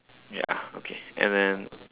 ya okay and then